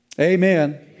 Amen